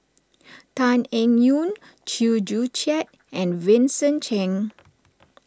Tan Eng Yoon Chew Joo Chiat and Vincent Cheng